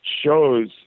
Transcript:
shows